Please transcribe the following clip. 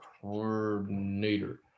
coordinator